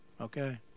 Okay